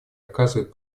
оказывают